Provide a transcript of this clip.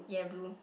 yeah blue